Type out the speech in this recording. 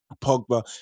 Pogba